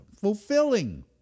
fulfilling